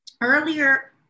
Earlier